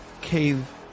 Cave